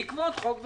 בעקבות חוק ורסאי.